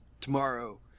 tomorrow